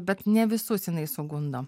bet ne visus jinai sugundo